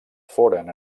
foren